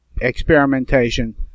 experimentation